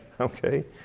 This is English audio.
okay